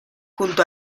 junto